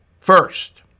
First